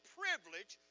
privilege